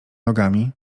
nogami